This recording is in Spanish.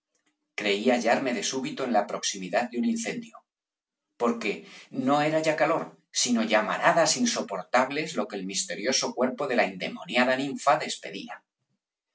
mí creí hallarme de súbito en la proximidad de un incendio porque no era ya calor sino llamaradas insoportables lo que el misterioso cuerpo de la endemoniada ninfa despedía